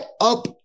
up